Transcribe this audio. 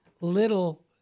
little